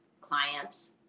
clients